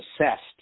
assessed